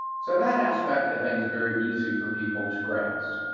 so that aspect, i think, is very easy for people to grasp.